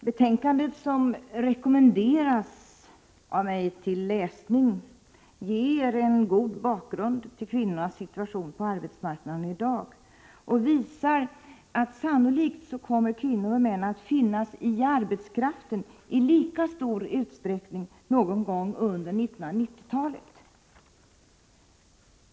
Betänkandet, som jag rekommenderar för läsning, ger en god bakgrund till kvinnornas situation på arbetsmarknaden i dag och visar att kvinnor och män sannolikt kommer att finnas i arbetskraften i lika stor utsträckning någon gång under 1990-talet.